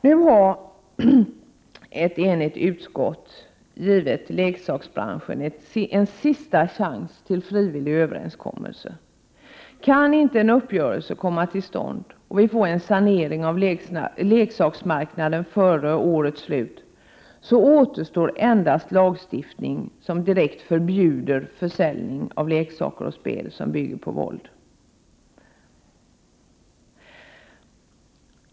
Nu har ett enigt utskott givit leksaksbranschen en sista chans till frivillig överenskommelse. Kan inte en uppgörelse komma till stånd och leksaksmarknaden saneras före årets slut, återstår endast lagstiftning som direkt förbjuder försäljning av leksaker och spel som bygger på våld.